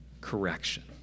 correction